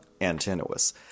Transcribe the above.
Antinous